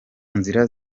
nzira